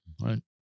right